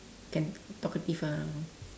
can talkative ah